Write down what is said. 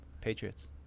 Patriots